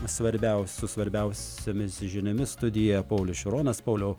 svarbiausių svarbiausiomis žiniomis studiją paulius šironas pauliau